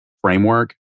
framework